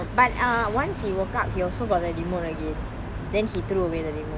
but err once he woke up he also got the remote again then he threw away the remote